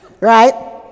Right